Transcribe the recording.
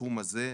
בתחום הזה,